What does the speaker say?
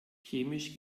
chemisch